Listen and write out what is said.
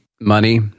money